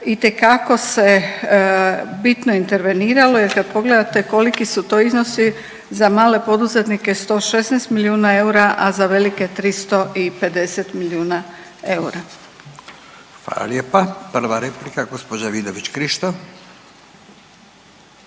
itekako se bitno interveniralo jer kad pogledate koliki su to iznosi za male poduzetnike 116 milijuna eura, a za velike 350 milijuna eura. **Radin, Furio (Nezavisni)** Hvala lijepa. Prva replika gospođa Vidović Krišto.